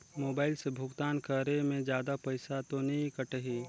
Mobile से भुगतान करे मे जादा पईसा तो नि कटही?